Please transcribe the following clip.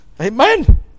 Amen